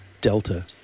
delta